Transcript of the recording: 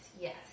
Yes